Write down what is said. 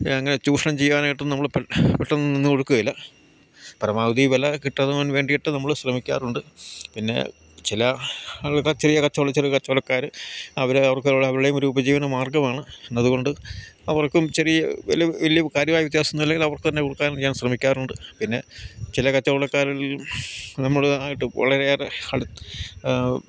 അങ്ങ് ചൂഷണം ചെയ്യാനായിട്ടൊന്നും നമ്മൾ പെട്ടന്നൊന്നും നിന്ന് കൊടുക്കുകയില്ല പരമാവധി വില കിട്ടാൻ വേണ്ടിയിട്ട് നമ്മൾ ശ്രമിക്കാറുണ്ട് പിന്നെ ചില ആൾക്കാർ ചെറിയ കച്ചവടം ചെറിയ കച്ചവടക്കാർ അവര് അവർക്ക് അവരുടെ ഒരു ഉപജീവന മാർഗ്ഗമാണ് എന്നതുകൊണ്ട് അവർക്കും ചെറിയ വില വലിയ കാര്യമായ വ്യത്യാസം ഒന്നും ഇല്ലെങ്കിൽ അവർക്ക് തന്നെ കൊടുക്കാൻ ഞാൻ ശ്രമിക്കാറുണ്ട് പിന്നെ ചില കച്ചവടക്കാരിലും നമ്മളുമായിട്ട് വളരെയേറെ അടുത്ത്